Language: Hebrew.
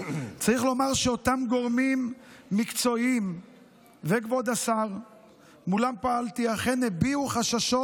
צריך לומר שאותם גורמים מקצועיים וכבוד השר שמולם פעלתי אכן הביעו חששות